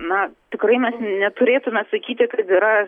na tikrai mes neturėtume sakyti kad yra